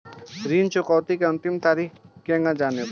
ऋण चुकौती के अंतिम तारीख केगा जानब?